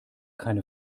keine